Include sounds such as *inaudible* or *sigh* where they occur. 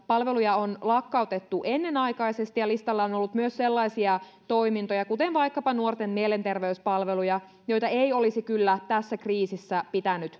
palveluja on lakkautettu ennenaikaisesti ja listalla on on ollut myös sellaisia toimintoja kuten vaikkapa nuorten mielenterveyspalveluja joita ei olisi kyllä tässä kriisissä pitänyt *unintelligible*